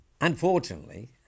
Unfortunately